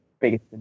biggest